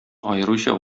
аеруча